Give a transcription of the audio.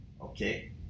Okay